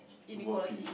world peace